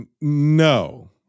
No